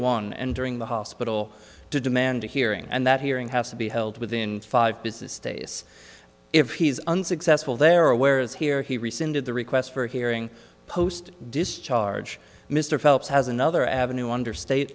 one and during the hospital to demand a hearing and that hearing has to be held within five business days if he is unsuccessful there are whereas here he rescinded the request for a hearing post discharge mr phelps has another avenue under state